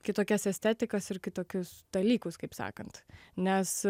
kitokias estetikas ir kitokius dalykus kaip sakant nes